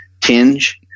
tinge